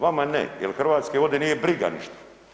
Vama ne, jer Hrvatske vode nije briga ništa.